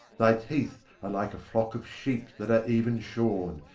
thy teeth are like a flock of sheep that are even shorn,